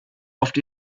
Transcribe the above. oft